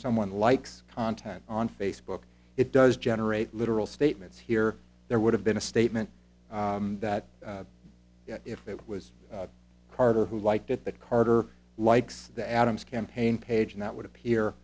someone likes content on facebook it does generate literal statements here there would have been a statement that if it was carter who liked it but carter likes the adams campaign page that would appear